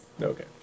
Okay